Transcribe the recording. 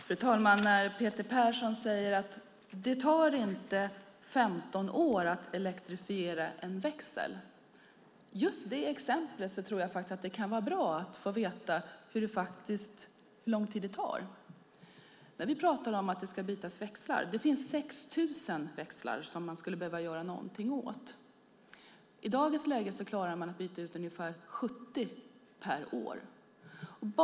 Fru talman! Peter Persson säger att det inte tar 15 år att elektrifiera en växel. När det gäller just detta exempel tror jag att det kan vara bra att få veta hur lång tid det faktiskt tar. Det finns 6 000 växlar som man skulle behöva göra någonting åt. I dagens läge klarar man att byta ut ungefär 70 per år.